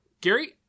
Gary